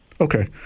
Okay